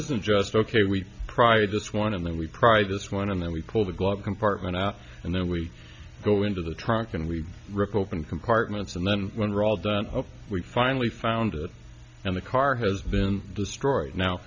isn't just ok we prior to this one and then we pry this one and then we pull the glove compartment out and then we go into the trunk and we rip up and compartments and then when we're all done we finally found it and the car has been destroyed now